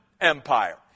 Empire